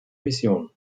mission